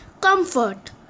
Comfort